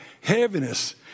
heaviness